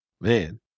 Man